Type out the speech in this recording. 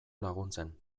laguntzen